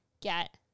get